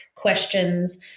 questions